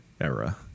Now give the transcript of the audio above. era